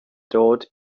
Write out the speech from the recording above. dod